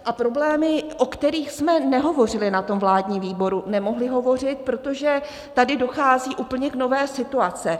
A problémy, o kterých jsme nehovořili na tom vládním výboru; nemohli hovořit, protože tady dochází k úplně nové situaci.